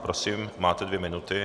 Prosím, máte dvě minuty.